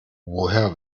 woher